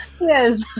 Yes